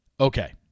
Okay